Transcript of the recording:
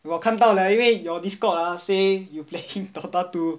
我看因为 your discord ah say you playing DOTA two